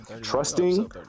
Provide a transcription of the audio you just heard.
Trusting